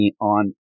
on